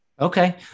Okay